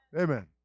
Amen